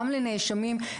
גם לנאשמים,